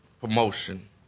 promotion